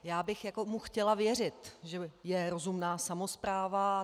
Já bych mu chtěla věřit, že je rozumná samospráva.